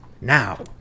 Now